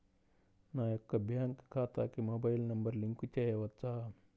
నా యొక్క బ్యాంక్ ఖాతాకి మొబైల్ నంబర్ లింక్ చేయవచ్చా?